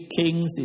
kings